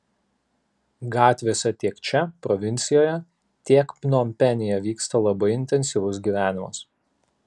gatvėse tiek čia provincijoje tiek pnompenyje vyksta labai intensyvus gyvenimas